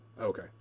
Okay